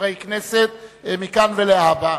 חברי כנסת מכאן ולהבא.